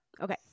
okay